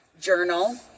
journal